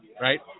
right